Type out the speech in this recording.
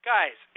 Guys